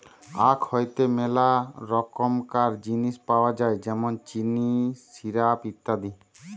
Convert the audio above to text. আখ হইতে মেলা রকমকার জিনিস পাওয় যায় যেমন চিনি, সিরাপ, ইত্যাদি